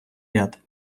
ряд